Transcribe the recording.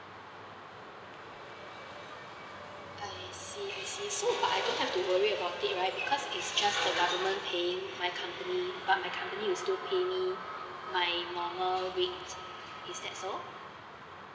I see I see so but I don't have to worry about right because it's just the government paying my company but my company will still pay me my normal rates is that so